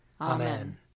Amen